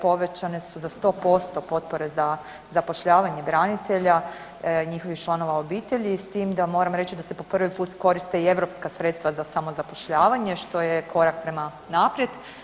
Povećane su za sto posto potpore za zapošljavanje branitelja, njihovih članova obitelji s tim da moram reći da se po prvi put koriste i europska sredstva za samozapošljavanje što je korak prema naprijed.